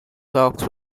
socks